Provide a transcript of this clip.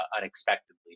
unexpectedly